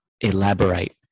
elaborate